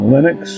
Linux